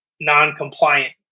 non-compliant